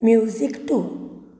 music two